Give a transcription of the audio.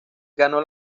ganó